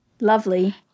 Lovely